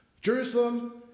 Jerusalem